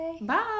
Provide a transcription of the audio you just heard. Bye